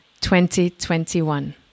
2021